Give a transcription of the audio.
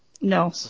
No